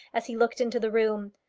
as he looked into the room.